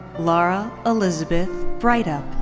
laura elizabeth breithaupt.